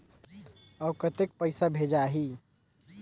अउ कतेक पइसा भेजाही?